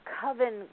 Coven